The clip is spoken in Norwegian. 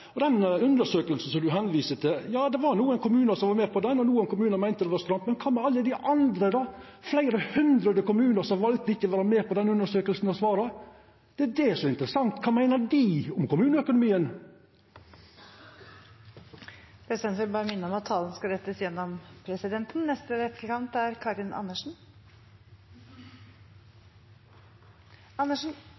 Til den undersøkinga du viser til: Ja, det var nokre kommunar som var med på ho, og nokre kommunar meinte det var stramt, men kva med alle dei andre, då, dei fleire hundre kommunane som valte ikkje å vera med på den undersøkinga og svara på ho? Det er det som er interessant. Kva meiner dei om kommuneøkonomien? Presidenten vil bare minne om at talen skal rettes gjennom presidenten.